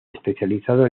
especializado